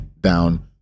down